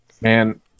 Man